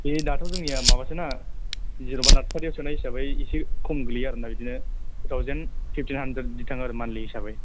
बे दाथ' जोंनिया माबासोना जेनेबा नार्सारियाव थानाय हिसाबै एसे खम गोग्लैयो आरोना बिदिनो टु थाउजेन फिफटिन हानद्रेद बिदि थाङो आरो मान्थलि हिसाबै